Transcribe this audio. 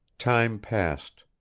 time passed.